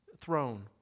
throne